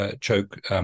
choke